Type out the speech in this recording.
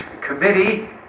committee